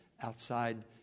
outside